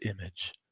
image